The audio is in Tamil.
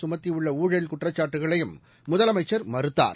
சுமத்தியுள்ள ஊழல் குற்றச்சாட்டுகளையும் முதலமைச்சர் மறுத்தார்